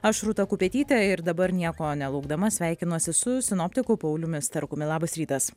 aš rūta kupetytė ir dabar nieko nelaukdama sveikinuosi su sinoptiku pauliumi starkumi labas rytas